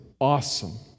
awesome